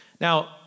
Now